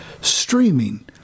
streaming